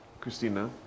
Christina